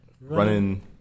Running